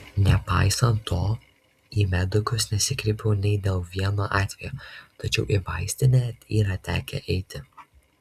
nepaisant to į medikus nesikreipiau nei dėl vieno atvejo tačiau į vaistinę yra tekę eiti